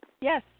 Yes